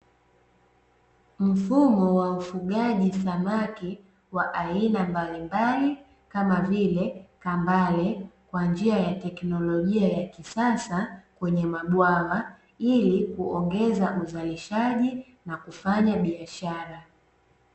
Mfumo wa ufugaji samaki wa aina mbalimbali kama vile kambale kwa njia ya teknolojia ya kisasa kwenye mabwawa ili kuongeza uzalishaji na kufanya biashara.